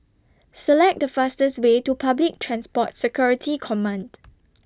Select The fastest Way to Public Transport Security Command